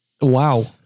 wow